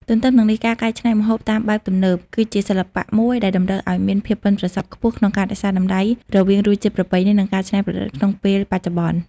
ទន្ទឹមនឹងនេះ ការកែច្នៃម្ហូបតាមបែបទំនើប គឺជាសិល្បៈមួយដែលតម្រូវឲ្យមានភាពប៉ិនប្រសប់ខ្ពស់ក្នុងការរក្សាតម្លៃរវាងរសជាតិប្រពៃណី និងការថ្នៃប្រឌិតក្នុងពេលបច្ចុប្បន្ន។